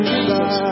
Jesus